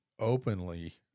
openly